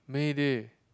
Mayday